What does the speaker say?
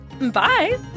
Bye